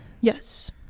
Yes